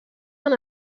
van